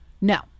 No